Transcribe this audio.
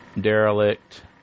derelict